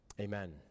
Amen